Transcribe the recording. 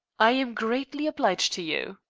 i am greatly obliged to you.